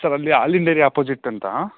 sir ಅಲ್ಲಿ ಹಾಲಿನ dairy opposite ಅಂತ